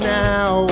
now